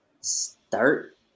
start